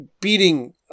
beating